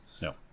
No